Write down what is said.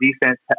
defense